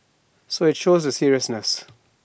so IT shows the seriousness